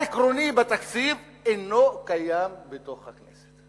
העקרוני בתקציב אינו קיים בתוך התקציב.